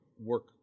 work